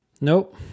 Nope